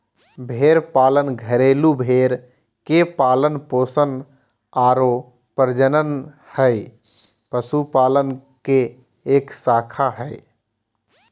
भेड़ पालन घरेलू भेड़ के पालन पोषण आरो प्रजनन हई, पशुपालन के एक शाखा हई